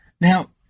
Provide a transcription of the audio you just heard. Now